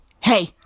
hey